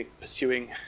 pursuing